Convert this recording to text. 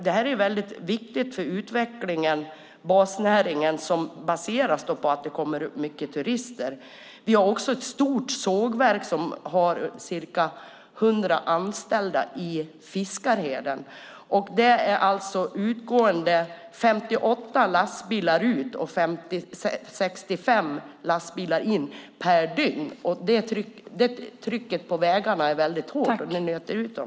Det är ju viktigt för basnäringen som grundar sig på att det kommer mycket turister. Vi har ett stort sågverk med ca 100 anställda i Fiskarheden. Där går 58 lastbilar ut och 65 lastbilar in per dygn. Det är ett hårt tryck på vägarna. Man nöter ut dem.